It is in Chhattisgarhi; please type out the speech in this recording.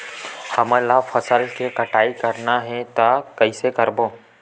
हमन ला फसल के कटाई करना हे त कइसे करबो?